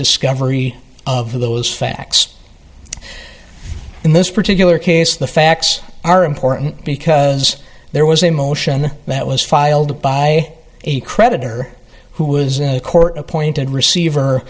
discovery of those facts in this particular case the facts are important because there was a motion that was filed by a creditor who was in a court appointed receiver